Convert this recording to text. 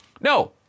No